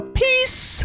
peace